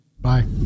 Bye